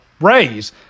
raise